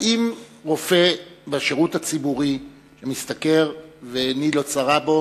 האם רופא בשירות הציבורי משתכר, ועיני לא צרה בו,